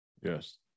Yes